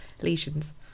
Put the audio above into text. lesions